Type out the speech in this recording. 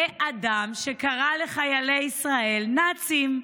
זה אדם שקרא לחיילי ישראל "נאצים".